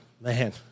man